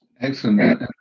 excellent